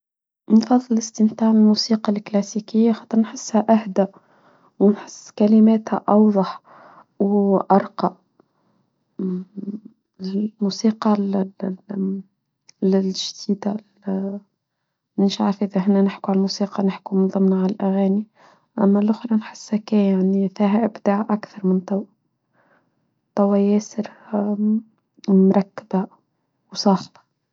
من فضل استمتاع الموسيقى الكلاسيكية حتى نحسها أهدى و نحس وكلماتها أوضح وأرقى الموسيقى للجسيدة نشعر في ذهننا نحكو على الموسيقى نحكو من ضمنها على الأغاني أما الأخرى نحسها فيها إبداع أكثر من طوى ياسر مركبة وصاخبة.